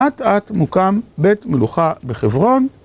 אט אט מוקם בית מלוכה בחברון